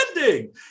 ending